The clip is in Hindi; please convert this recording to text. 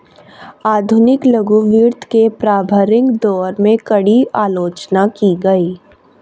आधुनिक लघु वित्त के प्रारंभिक दौर में, कड़ी आलोचना की गई